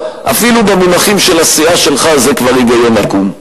אפילו במונחים של הסיעה שלך זה כבר היגיון עקום.